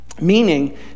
meaning